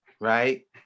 right